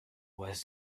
was